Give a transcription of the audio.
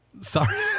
sorry